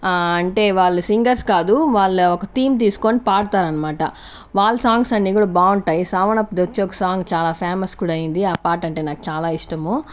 అంటే వాళ్ళు సింగర్స్ కాదు వాళ్ళ ఒక టీమ్ తీసుకొని పాడుతారన్నమాట వాళ్ల సాంగ్స్ అన్ని కూడా బాగుంటాయి సెవెన్ అప్ ది వచ్చి ఒక సాంగ్ చాలా ఫేమస్ కూడా అయ్యింది ఆ పాట అంటే నాకు చాలా ఇష్టము